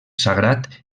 sagrat